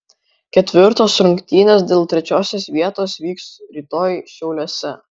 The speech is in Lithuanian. ketvirtos rungtynės dėl trečiosios vietos vyks rytoj šiauliuose